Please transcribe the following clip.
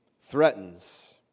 threatens